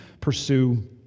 pursue